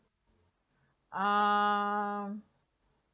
err